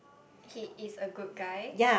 he is a good guy